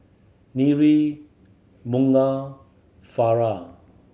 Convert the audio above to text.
Bunga Farah